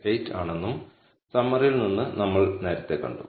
3068 ആണെന്നും സമ്മറിയിൽ നിന്ന് നമ്മൾ നേരത്തെ കണ്ടു